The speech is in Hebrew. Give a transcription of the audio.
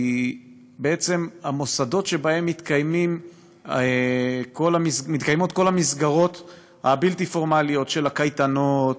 כי בעצם המוסדות שבהם מתקיימות כל המסגרות הבלתי-פורמליות של הקייטנות,